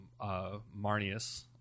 Marnius